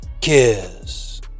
kiss